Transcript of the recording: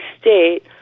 state